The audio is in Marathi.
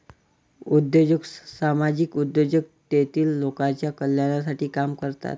उद्योजक सामाजिक उद्योजक तेतील लोकांच्या कल्याणासाठी काम करतात